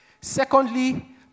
Secondly